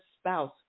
spouse